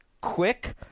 quick